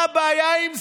מה הבעיה עם זה?